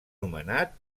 nomenat